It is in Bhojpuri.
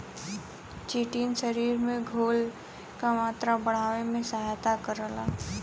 चिटिन शरीर में घोल क मात्रा बढ़ावे में सहायता करला